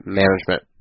management